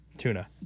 Tuna